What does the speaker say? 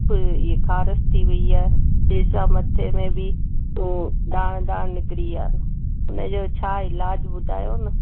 फ ही खारस थी वई आहे जंहिंसां छा मथे में बि हो दाणा दाणा निकिरी विया आहिनि उन जो छा इलाज ॿुधायो न